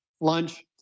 lunch